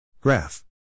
Graph